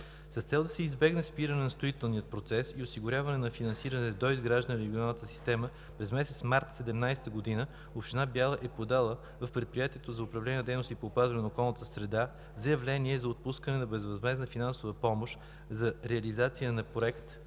С цел да се избегне спиране на строителния процес и осигуряване на финансиране за доизграждане на регионалната система през месец март 2017 г. община Бяла е подала в Предприятието за управление на дейностите по опазване на околната среда заявление за отпускане на безвъзмездна финансова помощ за реализация на Проект